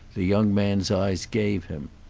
the young man's eyes gave him.